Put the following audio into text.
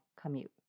commute